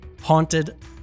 haunted